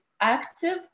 active